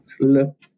look